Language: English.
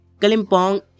Kalimpong